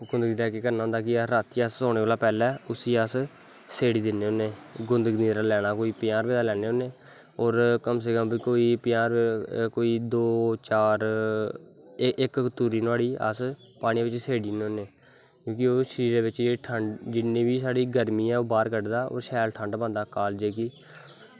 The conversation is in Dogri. गुंदगदीरे दा केह् करना होंदा कि रातीं अस सौनें कोला दा पैह्लैं उस्सी अस स्हेड़ी दिन्ने होने गुंदगदीरा कोई पजांह् रपेऽ दे लैने होने होर कम से कम कोई दो चार इक तूरी मनोहाड़ी अस पानी बिच्च स्हेड़ी ओड़ने होने क्योंकि शरीरै बिच्च जिन्नी बी साढ़ी गर्मी ऐ ओह् बाह्र कड्डदा होर ठंड पांदे कालजे गी